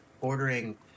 ordering